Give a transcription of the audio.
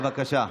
בבקשה.